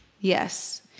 Yes